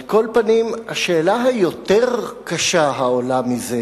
על כל פנים, השאלה היותר קשה העולה מזה